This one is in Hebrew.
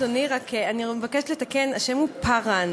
תודה, אדוני, רק אני מבקשת לתקן, השם הוא פּארן.